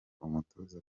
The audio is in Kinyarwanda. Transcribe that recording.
umutuzo